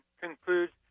concludes